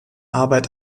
arbeit